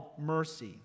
mercy